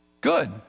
good